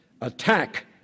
attack